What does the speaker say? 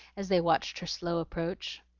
as they watched her slow approach.